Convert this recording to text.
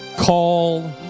call